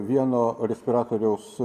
vieno respiratoriaus